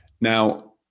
now